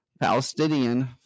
Palestinian